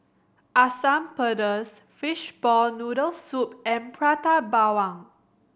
Asam Pedas fishball noodle soup and Prata Bawang